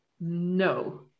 no